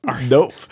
Nope